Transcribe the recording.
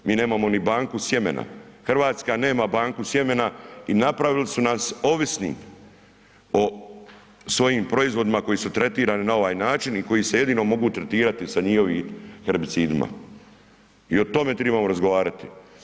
Mi nemamo ni banku sjemena, Hrvatska nema banku sjemena i napravili su nas ovisnim o svojim proizvodima koji su tretirani na ovaj način i koji se jedino mogu tretirati sa njihovim herbicidima i o tome trebamo razgovarati.